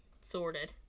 sorted